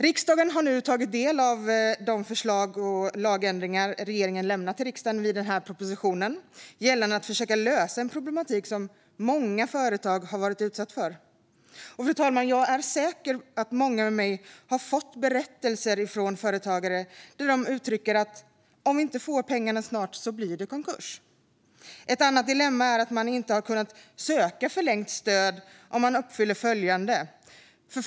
Riksdagen har nu tagit del av de förslag och lagändringar som regeringen lämnat till riksdagen i propositionen för att försöka lösa en problematik som många företag har varit utsatta för. Fru talman! Jag och säkert många med mig har fått berättelser från företagare där de säger att om de inte får pengarna snart blir det konkurs. Ett annat dilemma är att man inte har kunnat söka förlängt stöd om man inte uppfyller vissa regler.